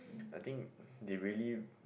I think they really